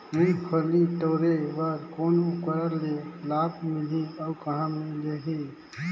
मुंगफली टोरे बर कौन उपकरण ले लाभ मिलही अउ कहाँ मिलही?